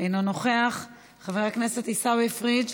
אינו נוכח, חבר הכנסת מנחם אליעזר מוזס,